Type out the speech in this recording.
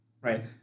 Right